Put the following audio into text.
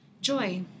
Joy